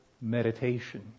meditation